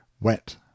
wet